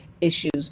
issues